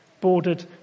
bordered